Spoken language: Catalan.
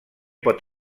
pot